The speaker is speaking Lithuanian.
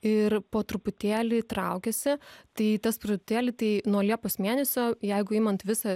ir po truputėlį traukiasi tai tas truputėlį tai nuo liepos mėnesio jeigu imant visą